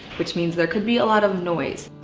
which means there could be a lot of noise.